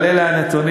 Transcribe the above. אבל אלה הנתונים.